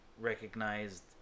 recognized